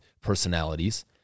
personalities